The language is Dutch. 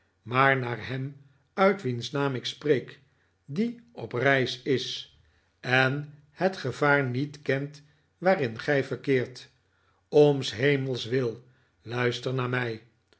maar naar hem uit wiens naam ik spreek die op reis is en het gevaar niet kent waarin gij verkeert om s hemels wil luister naar mij